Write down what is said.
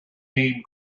name